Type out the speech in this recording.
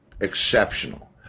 exceptional